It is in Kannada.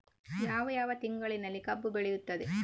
ಯಾವ ಯಾವ ತಿಂಗಳಿನಲ್ಲಿ ಕಬ್ಬು ಬೆಳೆಯುತ್ತದೆ?